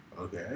Okay